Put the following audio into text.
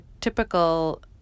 typical